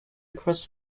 across